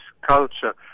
culture